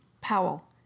Powell